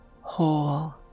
whole